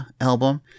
album